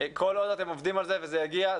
כל עוד אתם עובדים על זה וזה יגיע,